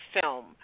film